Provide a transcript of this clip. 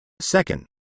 Second